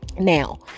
Now